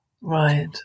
Right